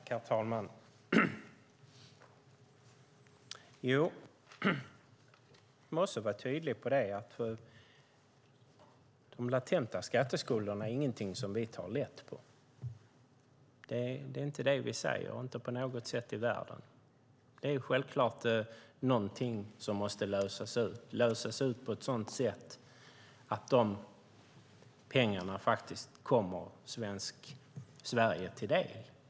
Herr talman! Jag måste vara tydlig med att de latenta skatteskulderna inte är någonting som vi tar lätt på. Det är inte på något sätt i världen det som vi säger. Det är självklart någonting som måste lösas på ett sådant sätt att de pengarna kommer Sverige till del.